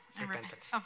Repentance